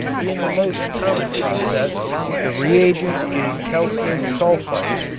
in the most common process the reagent is calcium sulfite,